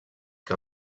que